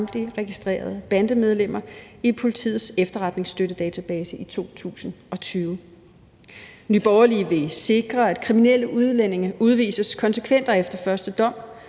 samtlige registrerede bandemedlemmer i Politiets Efterretningsstøttedatabase i 2020. Nye Borgerlige vil sikre, at kriminelle udlændinge udvises konsekvent og efter første dom.